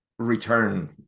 return